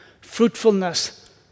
Fruitfulness